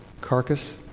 carcass